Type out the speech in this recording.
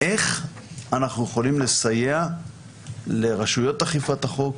איך אנחנו יכולים לסייע לרשויות אכיפת החוק,